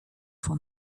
for